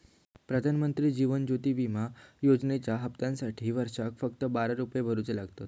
प्रधानमंत्री जीवन ज्योति विमा योजनेच्या हप्त्यासाटी वर्षाक फक्त बारा रुपये भरुचे लागतत